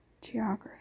Geography